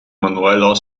manueller